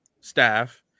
staff